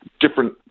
different